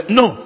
no